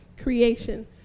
creation